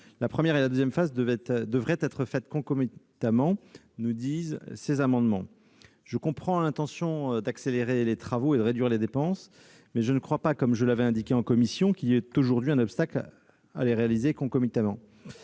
La première phase et la deuxième phase devraient être menées concomitamment, selon les auteurs des amendements. Je comprends l'intention d'accélérer les travaux et de réduire les dépenses, mais je ne crois pas, comme je l'ai indiqué en commission, qu'il y ait aujourd'hui un obstacle à les réaliser concomitamment.